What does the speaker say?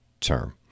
term